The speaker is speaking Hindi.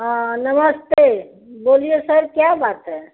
हाँ नमस्ते बोलिए सर क्या बात है